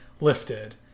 lifted